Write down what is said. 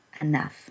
enough